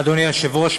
אדוני היושב-ראש,